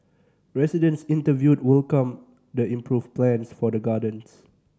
residents interviewed welcomed the improved plans for the gardens